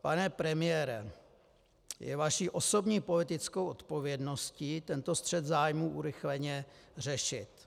Pane premiére, je vaší osobní politickou odpovědností tento střet zájmů urychleně řešit.